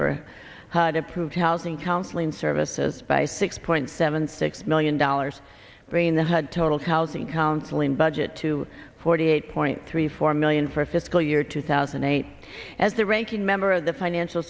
for had approved housing counseling services by six point seven six million dollars bringing the hud total causing counseling budget to forty eight point three four million for fiscal year two thousand and eight as the ranking member of the financial